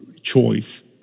choice